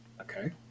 Okay